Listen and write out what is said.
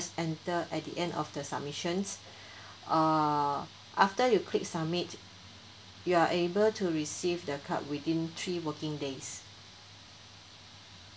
enter at the end of the submissions uh after you click submit you are able to receive the card within three working days